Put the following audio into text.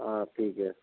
हाँ ठीक है